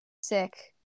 Sick